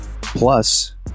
Plus